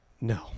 no